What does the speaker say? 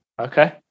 okay